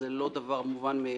זה לא דבר מובן מאליו.